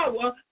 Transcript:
power